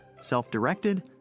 self-directed